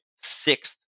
sixth